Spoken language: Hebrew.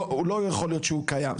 לא יכול להיות שהוא קיים,